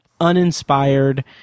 uninspired